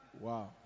wow